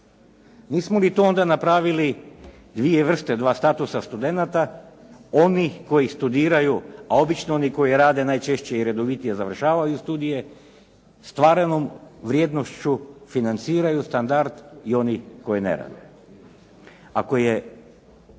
Nismo li tu onda napravili dvije vrste, dva statusa studenata onih koji studiraju, a obično oni koji rade najčešće i redovitije završavaju studije stvaranom vrijednošću financiraju standard i onih koji ne rade. Ako je